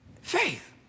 Faith